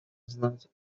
знать